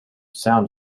sound